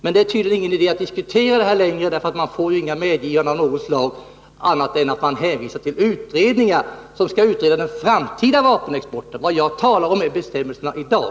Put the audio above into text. Men det är tydligen ingen idé att diskutera frågan längre, eftersom jag inte får några medgivanden av något slag utan bara hänvisningar till utredningar som skall behandla den framtida vapenexporten. Men det jag talar om är vad som gäller i dag.